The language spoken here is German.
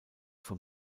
vom